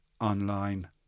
online